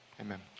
Amen